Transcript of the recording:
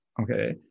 okay